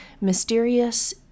mysterious